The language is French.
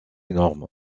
énormes